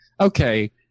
okay